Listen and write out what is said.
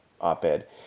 op-ed